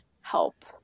help